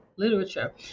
literature